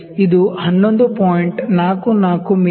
44 ಮಿ